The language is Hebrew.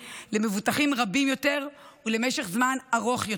למבוטחים רבים יותר ולמשך זמן ארוך יותר.